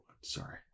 Sorry